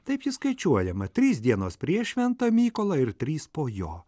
taip ji skaičiuojama trys dienos prieš šventą mykolą ir trys po jo